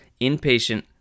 inpatient